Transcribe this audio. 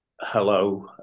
Hello